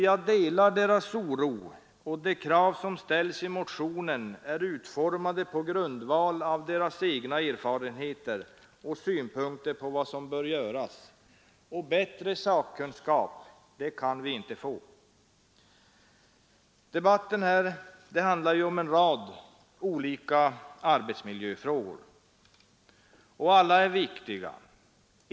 Jag delar deras oro, och de krav som ställs i motionen är utformade på grundval av deras egna erfarenheter och synpunkter på vad som bör göras. Bättre sakkunskap kan vi inte få. Debatten här handlar ju om en rad olika arbetsmiljöfrågor. Alla är viktiga.